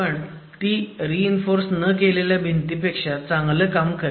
पण ती reinforce न केलेल्या भिंतीपेक्षा चांगलं काम करेल